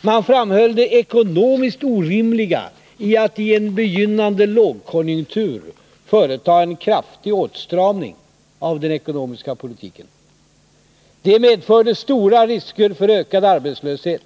Man framhöll det ekonomiskt orimliga i att i en begynnande lågkonjunktur företa en kraftig åtstramning av den ekonomiska politiken. Det medförde stora risker för ökad arbetslöshet